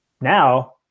Now